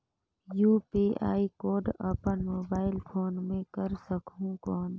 UPI code अपन mobile phone मे कर सकहुं कौन?